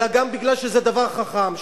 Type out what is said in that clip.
אלא גם בגלל שזה דבר חכם,